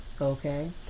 okay